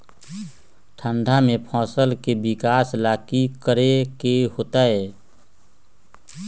ठंडा में फसल के विकास ला की करे के होतै?